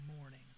morning